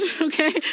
okay